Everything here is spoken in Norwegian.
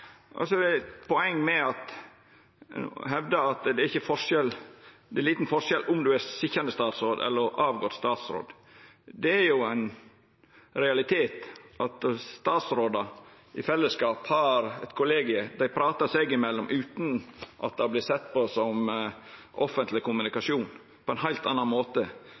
det eit poeng at ein hevdar at det er liten forskjell på om ein er sitjande statsråd eller ein statsråd som har gått av. Det er ein realitet at statsrådar i fellesskap har eit kollegium. Dei pratar seg imellom, utan at det vert sett på som offentleg kommunikasjon, på ein heilt annan måte